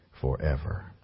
forever